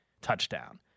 touchdown